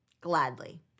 Gladly